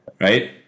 right